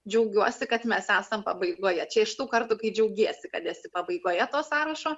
džiaugiuosi kad mes esam pabaigoje čia iš tų kartų kai džiaugiesi kad esi pabaigoje to sąrašo